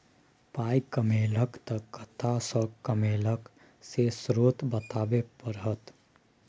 पाइ कमेलहक तए कतय सँ कमेलहक से स्रोत बताबै परतह